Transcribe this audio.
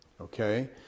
okay